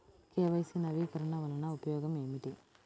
KYC నవీకరణ వలన ఉపయోగం ఏమిటీ?